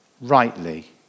rightly